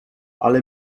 ale